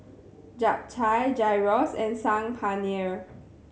Japchae Gyros and Saag Paneer